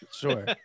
Sure